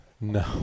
No